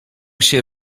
się